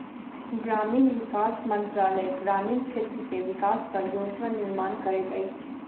ग्रामीण विकास मंत्रालय ग्रामीण क्षेत्र के विकासक योजना निर्माण करैत अछि